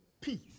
peace